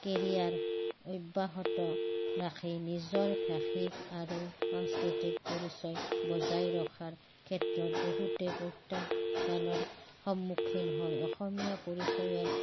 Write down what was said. career অব্যাহত ৰাখি নিজৰ ভাষিক আৰু সাংস্কৃতিক পৰিচয় বজাই ৰখাৰ ক্ষেত্ৰত বহুতে প্ৰত্যাহ্বানৰ সন্মুখীন হয় অসমীয়া পৰিচয়ত